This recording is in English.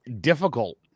difficult